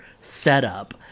setup